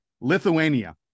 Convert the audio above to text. Lithuania